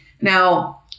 Now